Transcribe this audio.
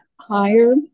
higher